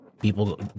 people